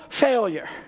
failure